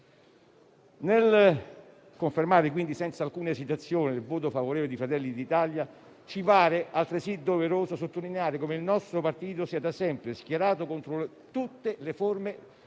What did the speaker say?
Nel confermare, quindi, senza alcun esitazione il voto favorevole di Fratelli d'Italia, ci pare altresì doveroso sottolineare come il nostro partito si è da sempre schierato contro tutte le forme di